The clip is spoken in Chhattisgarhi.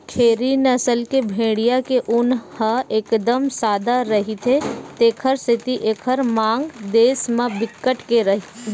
खेरी नसल के भेड़िया के ऊन ह एकदम सादा रहिथे तेखर सेती एकर मांग देस म बिकट के हे